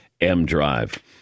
M-Drive